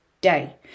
day